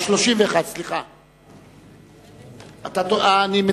הרווחה והבריאות נתקבלה.